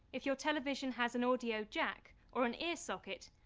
if your television has an audio jack, or an ear socket,